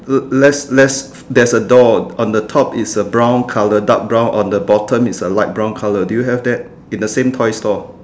there's there's there is a door on the top is a brown colour dark brown on the bottom is a light brown colour do you have that in the same toy store